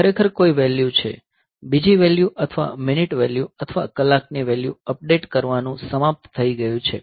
ત્યાં ખરેખર કોઈ વેલ્યુ છે બીજી વેલ્યુ અથવા મિનિટ વેલ્યુ અથવા કલાક ની વેલ્યુ અપડેટ કરવાનું સમાપ્ત થઈ ગયું છે